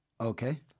Okay